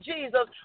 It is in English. Jesus